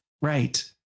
Right